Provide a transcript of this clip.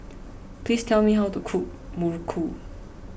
please tell me how to cook Muruku